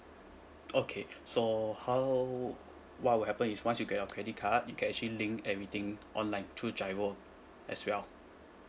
okay so how what will happen is once you get your credit card you can actually link everything online through GIRO as well